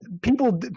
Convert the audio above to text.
People